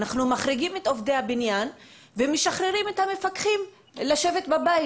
אנחנו מחריגים את עובדי הבניין ומשחררים את המפקחים לשבת בבית.